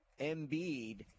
Embiid